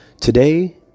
Today